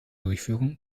durchführen